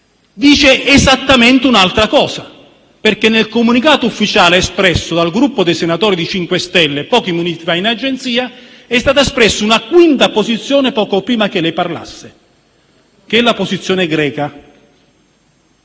dice esattamente un'altra cosa. Nel comunicato ufficiale espresso dal Gruppo dei senatori del MoVimento 5 Stelle pochi minuti fa in un'agenzia, infatti, è stata espressa una quinta posizione poco prima che lei parlasse, che è la posizione della